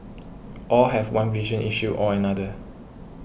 all have one vision issue or another